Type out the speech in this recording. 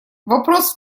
вопрос